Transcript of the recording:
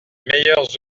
meilleurs